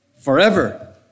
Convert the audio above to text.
forever